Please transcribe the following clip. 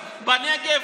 שנייה.